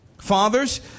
Fathers